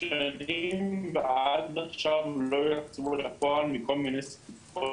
שנים ועד עכשיו לא יצאו לפועל מכל מיני סיבות